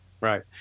right